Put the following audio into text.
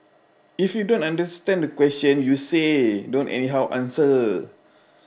if you don't understand the question you say don't anyhow answer